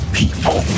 people